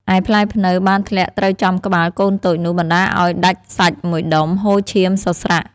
ឯផ្លែព្នៅ បានធ្លាក់ត្រូវចំក្បាលកូនតូចនោះ បណ្តាលឱ្យដាច់សាច់មួយដុំ ហូរឈាមសស្រាក់។